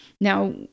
Now